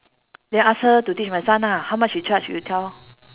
then ask her to teach my son ah how much she charge you tell